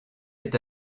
est